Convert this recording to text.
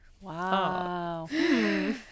Wow